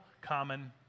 common